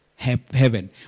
heaven